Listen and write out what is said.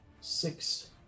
six